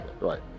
right